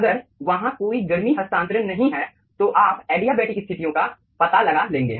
अगर वहाँ कोई गर्मी हस्तांतरण नहीं है तो आप एडियाबेटिक स्थितियों का पता लगा लेंगे